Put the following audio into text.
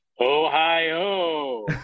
Ohio